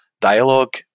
dialogue